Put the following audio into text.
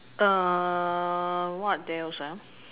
err what else ah